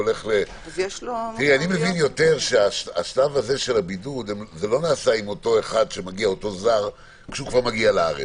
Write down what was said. אני מבין שהשלב של הבידוד לא נעשה עם אותו זר כשכבר מגיע לארץ.